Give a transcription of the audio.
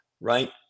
right